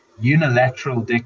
unilateral